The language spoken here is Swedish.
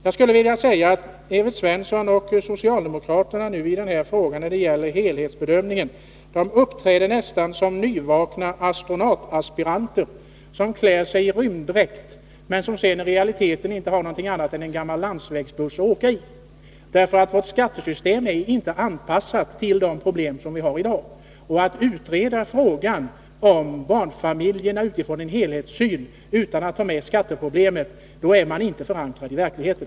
Jag skulle vilja säga att Evert Svensson och de andra socialdemokraterna beträffande helhetsbedömningen av denna fråga uppträder nästan som nyvakna astronautaspiranter, som klär sig i rymddräkt men som i realiteten inte har någonting annat än en gammal landsvägsbuss att åka i. Vårt skattesystem är nämligen inte anpassat till dagens problem. Vill man utreda frågan om barnfamiljerna utifrån en Nr 51 helhetssyn utan att ta med skatteproblemet, är man inte förankrad i Onsdagen den